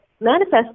manifest